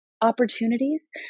opportunities